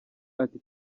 ati